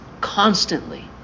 constantly